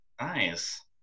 Nice